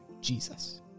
Jesus